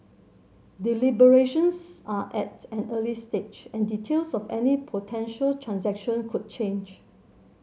deliberations are at an early stage and details of any potential transaction could change